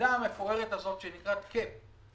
המילה המפוארת הזאת שנקראת cap.